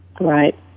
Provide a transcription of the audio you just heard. Right